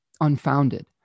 unfounded